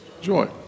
joy